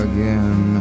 Again